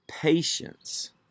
patience